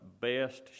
best